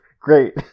Great